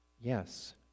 yes